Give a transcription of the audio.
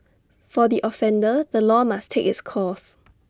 for the offender the law must take its course